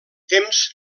temps